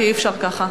כי אי-אפשר ככה.